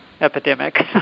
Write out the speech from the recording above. epidemic